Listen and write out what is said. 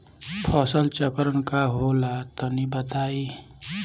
फसल चक्रण का होला तनि बताई?